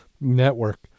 network